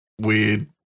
weird